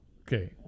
Okay